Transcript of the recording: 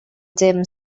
dim